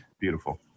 Beautiful